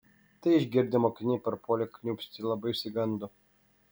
tai išgirdę mokiniai parpuolė kniūpsti labai išsigando